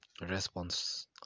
response